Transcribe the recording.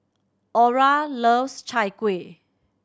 Aura loves Chai Kueh